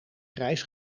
prijs